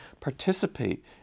participate